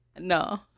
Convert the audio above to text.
No